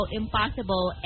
impossible